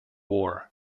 war